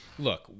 Look